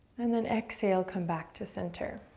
and then exhale, come back to center.